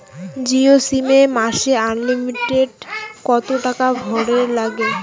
Jio sim এ মাসে unlimited কত টাকা ভরের নাগে?